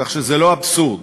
כך שזה לא אבסורד.